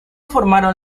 formaron